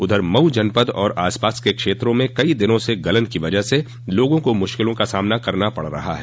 उधर मऊ जनपद और आसपास के क्षेत्रों में कई दिनों से गलन की वजह से लोगों को मुश्किलों का सामना करना पड़ रहा है